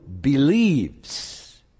believes